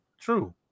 true